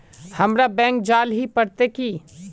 हमरा बैंक जाल ही पड़ते की?